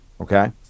Okay